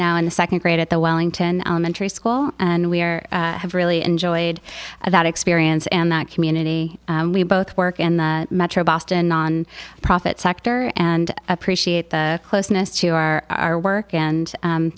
now in the second grade at the wellington elementary school and we are have really enjoyed about experience in that community and we both work in the metro boston non profit sector and appreciate the closeness to our our work and